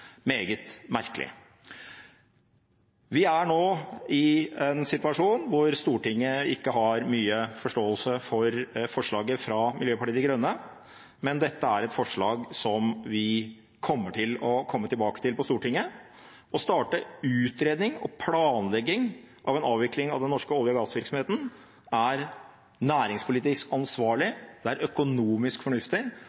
Meget merkelig. Vi er nå i en situasjon der Stortinget ikke har mye forståelse for forslaget fra Miljøpartiet De Grønne, men dette er et forslag som vi kommer til å komme tilbake til på Stortinget. Å starte utredning og planlegging av en avvikling av den norske olje- og gassvirksomheten er næringspolitisk ansvarlig,